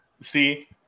See